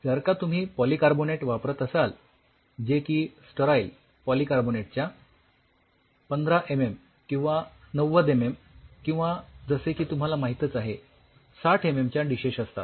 जर का तुम्ही पॉलीकार्बोनेट वापरत असाल जे की स्टराईल पॉलीकार्बोनेटच्या १५ एमएम किंवा ९० एमएम किंवा जसे की तुम्हाला माहीतच आहे ६० एमएम च्या डिशेश असतात